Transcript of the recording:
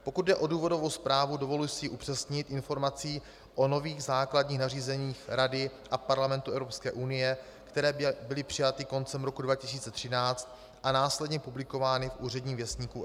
Pokud jde o důvodovou zprávu, dovoluji si ji upřesnit informací o nových základních nařízeních Rady a Parlamentu Evropské unie, které byly přijaty koncem roku 2013 a následně publikovány v Úředním věstníku EU.